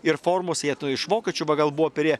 ir formos vietoj iš vokiečių va gal buvo perėję